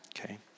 okay